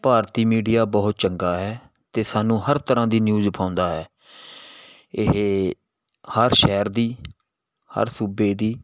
ਭਾਰਤੀ media ਬਹੁਤ ਚੰਗਾ ਹੈ ਅਤੇ ਸਾਨੂੰ ਹਰ ਤਰ੍ਹਾਂ ਦੀ ਨਿਊਜ਼ ਪਾਉਂਦਾ ਹੈ ਇਹ ਹਰ ਸ਼ਹਿਰ ਦੀ ਹਰ ਸੂਬੇ ਦੀ